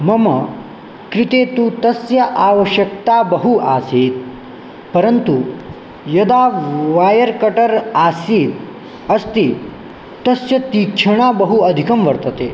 मम कृते तु तस्य आवश्यकता बहु आसीत् परन्तु यदा वयर् कटर् आसीत् अस्ति तस्य तीक्ष्णता बहु अधिकं वर्तते